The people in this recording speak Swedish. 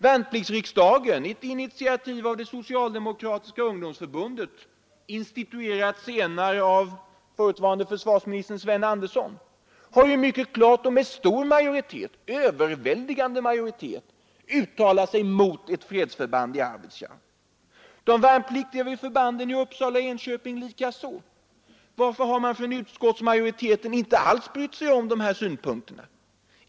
Värnpliktsriksdagen — ett initiativ av det socialdemokratiska ungdomsförbundet och instituerad senare av förutvarande försvarsministern Sven Andersson — har ju mycket klart och med överväldigande majoritet uttalat sig mot ett fredsförband i Arvidsjaur, de värnpliktiga vid förbanden i Uppsala och Enköping likaså. Varför har utskottsmajoriteten inte alls brytt sig om dessa synpunkter?